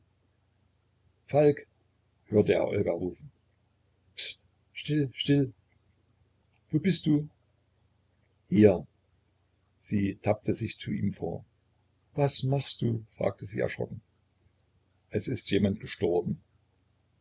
falk hörte er olga rufen pst still still wo bist du hier sie tappte sich zu ihm vor was machst du fragte sie erschrocken es ist jemand gestorben